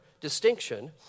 distinction